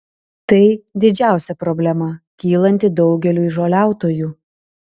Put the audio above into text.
tai didžiausia problema kylanti daugeliui žoliautojų